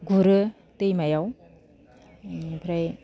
गुरो दैमायाव ओमफ्राय